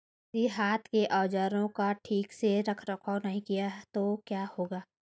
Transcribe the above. यदि हाथ के औजारों का ठीक से रखरखाव नहीं किया गया तो क्या होगा?